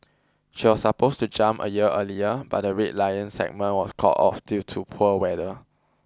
she was supposed to jump a year earlier but the Red Lions segment was called off due to poor weather